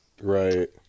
Right